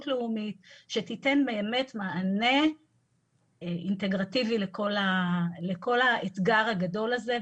לאומית שתיתן באמת מענה אינטגרטיבי לכל האתגר הגדול הזה.